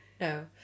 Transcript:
No